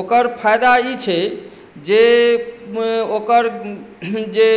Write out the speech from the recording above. ओकर फायदा ई छै जे ओकर जे